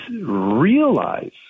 realize